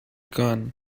gun